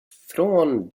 från